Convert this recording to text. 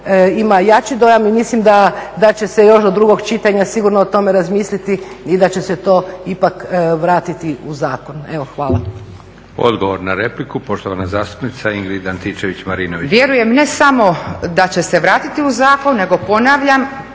ima jači dojam. I mislim da će se još do drugog čitanja sigurno o tome razmisliti i da će se to ipak vratiti u zakon. Evo hvala. **Leko, Josip (SDP)** Odgovor na repliku, poštovana zastupnica Ingrid Antičević-Marinović. **Antičević Marinović, Ingrid (SDP)** Vjerujem ne samo da će se vratiti u zakon, nego ponavljam